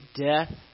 death